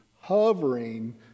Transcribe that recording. hovering